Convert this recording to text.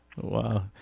Wow